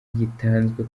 gitanzwe